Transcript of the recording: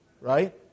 right